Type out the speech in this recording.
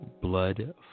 Blood